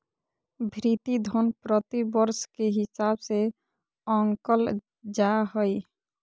भृति धन प्रतिवर्ष के हिसाब से आँकल जा हइ